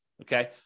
okay